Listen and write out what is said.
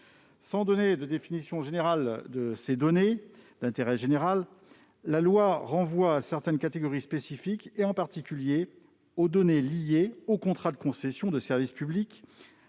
Sans donner de définition générale de ces données, la loi renvoie à certaines catégories spécifiques et, en particulier, aux données liées aux contrats de concession de service public,